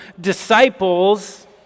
disciples